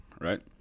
right